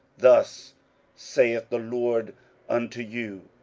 thus saith the lord unto you,